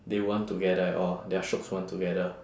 they weren't together at all their strokes weren't together